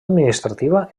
administrativa